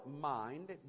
mind